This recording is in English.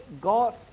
God